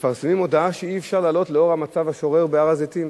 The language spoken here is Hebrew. מפרסמים מודעה שאי-אפשר לעלות לנוכח המצב השורר בהר-הזיתים.